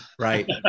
Right